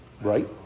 Right